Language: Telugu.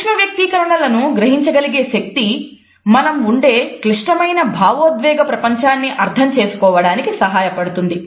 సూక్ష్మ వ్యక్తీకరణలను గ్రహించగలిగే శక్తి మనం ఉండే క్లిష్టమైన భావోద్వేగ ప్రపంచాన్ని అర్థం చేసుకోవడానికి సహాయపడుతుంది